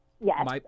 yes